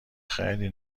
خیلی